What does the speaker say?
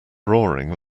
roaring